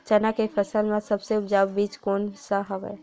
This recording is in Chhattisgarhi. चना के फसल म सबले उपजाऊ बीज कोन स हवय?